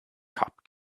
cop